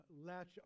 latch